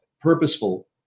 purposeful